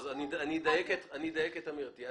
אני אדייק את אמירתי.